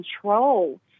control